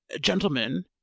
gentlemen